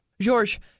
George